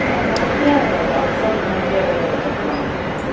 బావ మన India of course మన ఇండియా పేరు కదా చెప్తాము మనము